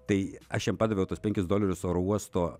tai aš jam padaviau tuos penkis dolerius oro uosto